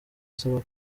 asaba